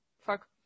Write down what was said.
fuck